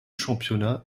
championnats